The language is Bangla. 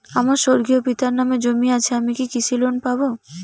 আমার স্বর্গীয় পিতার নামে জমি আছে আমি কি কৃষি লোন পাব?